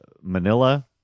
manila